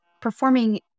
Performing